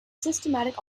systematic